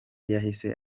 yahise